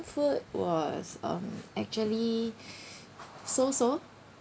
food was um actually so-so